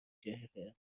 چهره